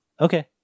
Okay